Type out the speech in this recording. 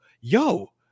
yo